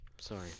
Sorry